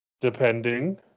Depending